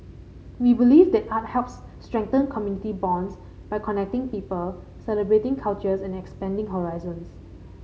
we believe that art helps strengthen community bonds by connecting people celebrating cultures and expanding horizons